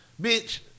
Bitch